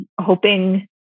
hoping